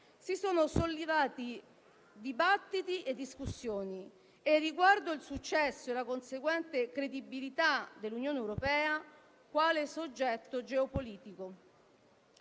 si sono sollevati dibattiti e discussioni riguardo al successo e alla conseguente credibilità dell'Unione europea quale soggetto geopolitico.